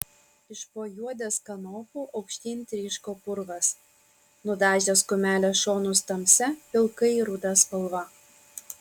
iš po juodės kanopų aukštyn tryško purvas nudažęs kumelės šonus tamsia pilkai ruda spalva